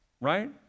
right